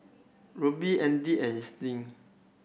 Rubie Audy and Ernst